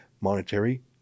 monetary